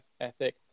ethic